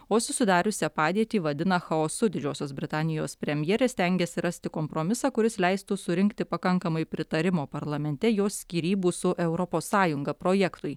o susidariusią padėtį vadina chaosu didžiosios britanijos premjerė stengiasi rasti kompromisą kuris leistų surinkti pakankamai pritarimo parlamente jos skyrybų su europos sąjunga projektui